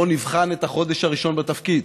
בואו נבחן את החודש הראשון בתפקיד.